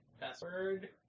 Password